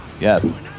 Yes